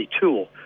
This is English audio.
tool